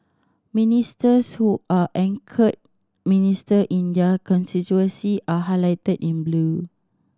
ministers who are anchor minister in their constituency are highlighted in blue